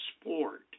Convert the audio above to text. sport